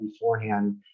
beforehand